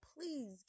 please